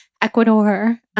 Ecuador